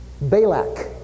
Balak